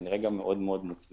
וכנראה גם מאוד מאוד מוצלח,